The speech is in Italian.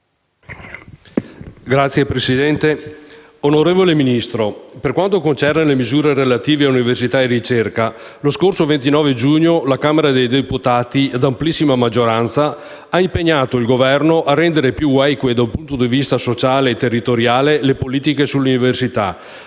*(AP (NCD-UDC))*. Onorevole Ministro, per quanto concerne le misure relative a università e ricerca, lo scorso 29 giugno la Camera dei deputati, ad amplissima maggioranza, ha impegnato il Governo a rendere più eque dal punto di vista sociale e territoriale le politiche sull'università,